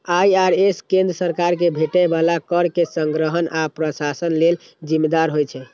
IRS केंद्र सरकार कें भेटै बला कर के संग्रहण आ प्रशासन लेल जिम्मेदार होइ छै